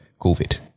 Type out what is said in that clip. COVID